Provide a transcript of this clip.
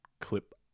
Clip